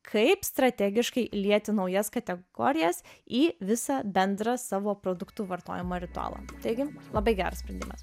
kaip strategiškai įlieti naujas kategorijas į visą bendrą savo produktų vartojimo ritualą taigi labai geras sprendimas